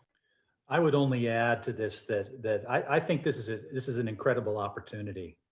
i would only yeah to this that that i think this is ah this is an incredible opportunity,